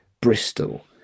Bristol